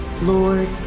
Lord